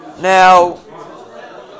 Now